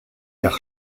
car